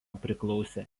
priklausė